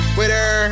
Twitter